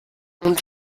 und